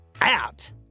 out